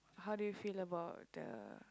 how to you feel about the